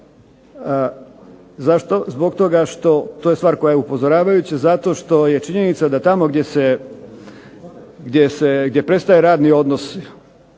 Zašto? Zbog toga što to je stvar koja je upozoravajuća, zato što je činjenica da tamo gdje se, gdje prestaje radni odnos